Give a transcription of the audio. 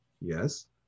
yes